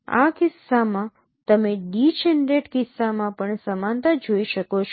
આ કિસ્સામાં તમે ડીજનરેટ કિસ્સામાં પણ સમાનતા જોઈ શકો છો